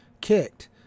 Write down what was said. kicked